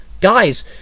Guys